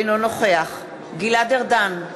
אינו נוכח גלעד ארדן,